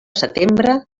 setembre